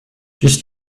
just